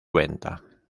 venta